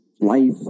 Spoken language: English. Life